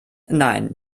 nein